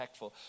impactful